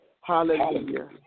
Hallelujah